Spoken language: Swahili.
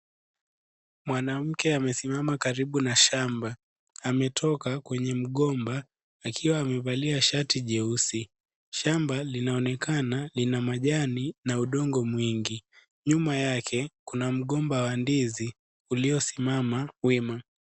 Mwanamke amesimama karibu na shamba ametoka kwenye mgomba akiwa amevalia shati jeusi, shamba vinaonekana lina majani na udongo mwingi, nyuma yake, kuna mgomba wa ndizi uliosimama wima.